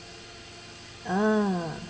ah